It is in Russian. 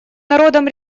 народам